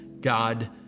God